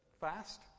Fast